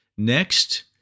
Next